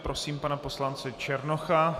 Prosím pana poslance Černocha.